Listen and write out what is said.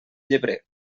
llebrer